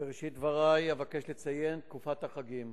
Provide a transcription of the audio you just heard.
בראשית דברי אבקש לציין שתקופת החגים